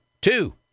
two